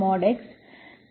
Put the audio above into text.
x